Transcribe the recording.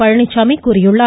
பழனிச்சாமி கூறியுள்ளார்